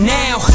now